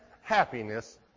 happiness